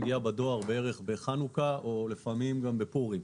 בערך בחנוכה ולפעמים גם בפורים.